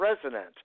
president